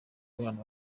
abana